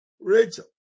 Rachel